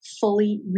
Fully